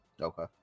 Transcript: Okay